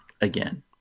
again